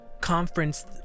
conference